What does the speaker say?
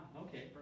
okay